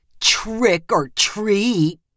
trick-or-treat